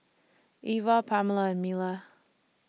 Eva Pamela and Mila